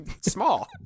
small